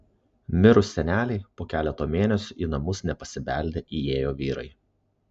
mirus senelei po keleto mėnesių į namus nepasibeldę įėjo vyrai